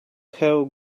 have